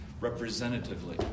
representatively